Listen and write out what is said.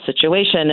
situation